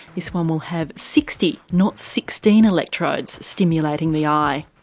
this one will have sixty not sixteen electrodes stimulating the eye.